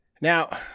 Now